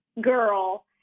girl